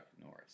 Norris